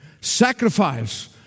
sacrifice